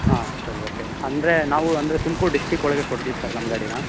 ಹಾಂ ಸರಿ ಓಕೆ ಅಂದ್ರೆ ನಾವು ಅಂದರೆ ತುಮ್ಕೂರು ಡಿಸ್ಟಿಕ್ ಒಳಗೆ ಕೊಡ್ತೀವಿ ಸರ್ ನಮ್ಮ ಗಾಡಿನ